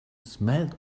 smelled